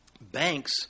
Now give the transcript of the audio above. Banks